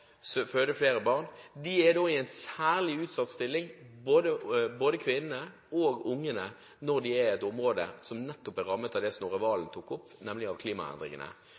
er i en særlig utsatt stilling – både kvinnene og ungene – i et område som nettopp er rammet av det Snorre Serigstad Valen tok opp, nemlig av